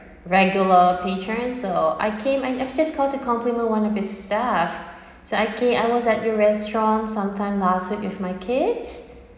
regular patrons so I came and I just call to compliment one of your staff so okay I was at your restaurant some time last week with my kids